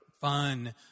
Fun